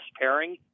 pairing